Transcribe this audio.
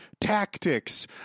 tactics